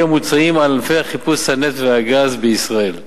המוצעים על ענף חיפושי הנפט והגז בישראל.